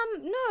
No